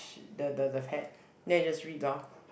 the the the hat then you just read lor